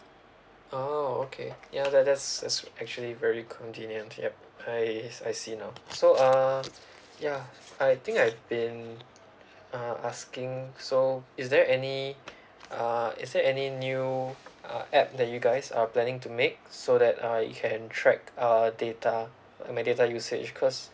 oh okay ya that that's that's actually very convenient yup I I see now so uh ya I think I've been uh asking so is there any uh is there any new uh app that you guys are planning to make so that uh it can track uh data my data usage cause